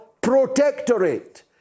protectorate